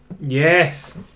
Yes